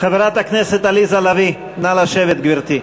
חברת הכנסת עליזה לביא, נא לשבת, גברתי.